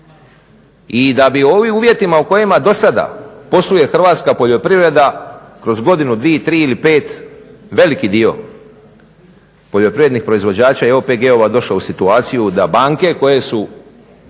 i da bi ovi uvjetima u kojima do sada posluje hrvatska poljoprivreda kroz godinu, dvije, tri ili pet veliki dio poljoprivrednih proizvođača i OPG-ova došao u situaciju da banke koje su